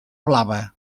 blava